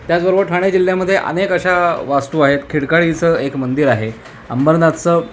त्याचबरोबर ठाणे जिल्ह्यामध्ये अनेक अशा वास्तू आहेत खिडकाळीचं एक मंदिर आहे अंबरनाथचं